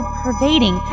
pervading